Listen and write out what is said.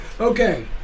okay